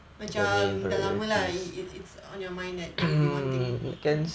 macam dah lama lah it it's on your mind that you want to